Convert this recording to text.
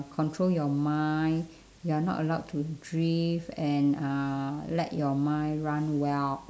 control your mind you are not allowed to drift and uh let your mind run wild